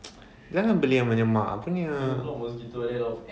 jangan beli yang menyemak punya